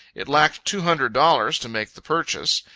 it lacked two hundred dollars to make the purchase.